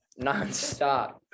nonstop